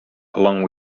along